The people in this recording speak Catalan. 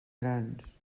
grans